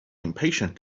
impatient